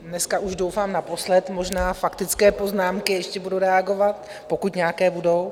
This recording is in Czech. Dneska už doufám naposled možná faktické poznámky, ještě budu reagovat, pokud nějaké budou.